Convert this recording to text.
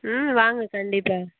ம் வாங்க கண்டிப்பாக